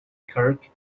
kirk